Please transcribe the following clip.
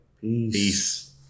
Peace